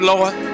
Lord